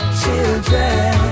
children